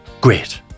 Great